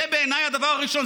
זה בעיני הדבר הראשון.